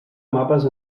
mapes